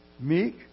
Meek